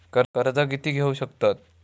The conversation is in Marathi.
कर्ज कीती घेऊ शकतत?